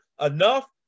enough